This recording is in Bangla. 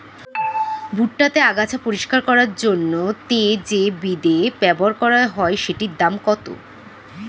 ভুট্টা তে আগাছা পরিষ্কার করার জন্য তে যে বিদে ব্যবহার করা হয় সেটির দাম কত?